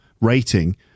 rating